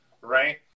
right